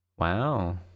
Wow